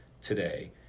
today